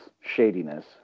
shadiness